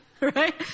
right